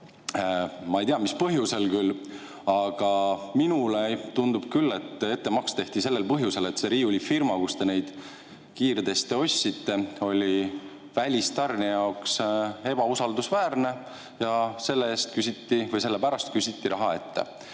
Ma ei tea, mis põhjusel küll, aga minule tundub küll, et ettemaks tehti sellel põhjusel, et see riiulifirma, kelle kaudu te neid kiirteste ostsite, oli välistarnija jaoks ebausaldusväärne ja sellepärast küsiti raha ette.